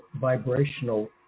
vibrational